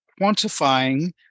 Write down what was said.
quantifying